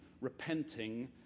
repenting